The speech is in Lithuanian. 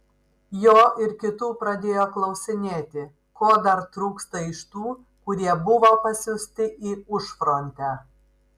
jo ir kitų pradėjo klausinėti ko dar trūksta iš tų kurie buvo pasiųsti į užfrontę